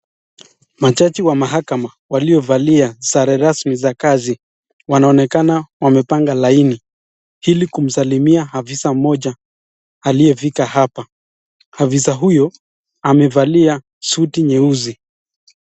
Majaji wa mahakama waliovalia sare rasmi za kazi wamepanga laini ili kumsalimia afisa mmoja aliyefika hapa. Afisa huyo amevalia suti nyeusi.